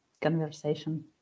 conversation